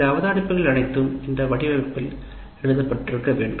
இந்த அவதானிப்புகள் அனைத்தும் இந்த வடிவமைப்பில் எழுதப்பட்டிருக்க வேண்டும்